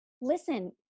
listen